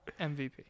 MVP